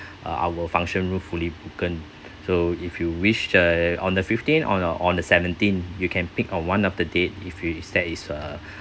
uh our function room fully booked so if you wish uh on the fifteen or on the seventeen you can pick on one of the date if you is that is uh